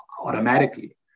automatically